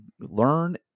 learn